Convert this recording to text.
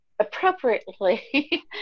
appropriately